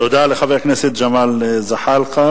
תודה לחבר הכנסת ג'מאל זחאלקה.